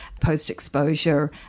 post-exposure